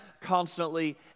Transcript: constantly